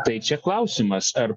tai čia klausimas ar